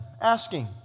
asking